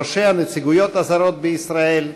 ראשי הנציגויות הזרות בישראל,